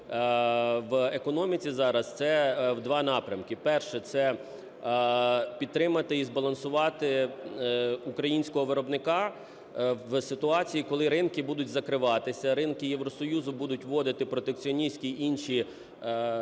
в економіці зараз, це два напрямки. Перше. Це підтримати і збалансувати українського виробника в ситуації, коли ринки будуть закриватися, ринки Євросоюзу будуть вводити протекціоністські, інші заборони.